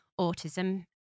Autism